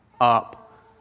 up